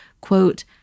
quote